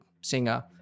singer